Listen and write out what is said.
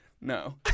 no